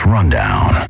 Rundown